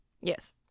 Yes